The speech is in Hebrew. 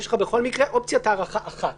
יש לך בכל מקרה אופציית הארכה אחת